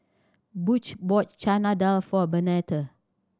Butch bought Chana Dal for Bernadette